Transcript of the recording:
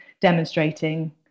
demonstrating